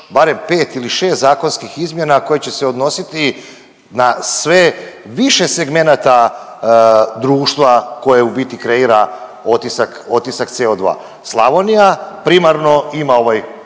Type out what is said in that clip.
barem 5 ili 6 zakonskih izmjena koje će se odnositi na sve više segmenata društva koje u biti kreira otisak CO2. Slavonija primarno ima ovaj